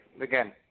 again